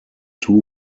two